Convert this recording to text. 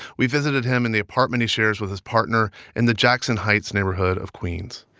we visited him in the apartment he shares with his partner in the jackson heights neighborhood of queens